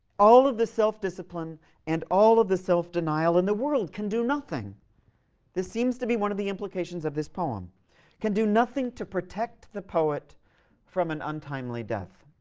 all of the self-discipline and all of the self-denial in the world can do nothing this seems to be one of the implications of this poem can do nothing to protect the poet from an untimely death